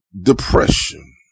depression